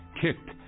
kicked